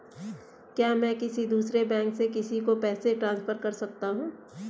क्या मैं किसी दूसरे बैंक से किसी को पैसे ट्रांसफर कर सकता हूँ?